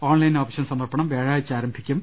online option സമർപ്പണം വ്യാഴാഴ്ച ആരംഭിക്കും